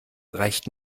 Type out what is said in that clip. reicht